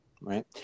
right